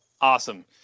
Awesome